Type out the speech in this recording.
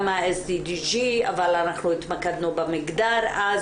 גם ה-SDG אבל אנחנו התמקדנו במגזר אז